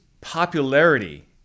popularity